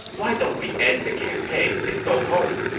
why don't we end the campaign and go home?